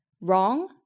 wrong